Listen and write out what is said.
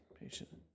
patient